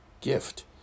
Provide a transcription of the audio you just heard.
gift